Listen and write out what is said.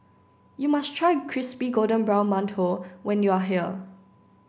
you must try Crispy Golden Brown Mantou when you are here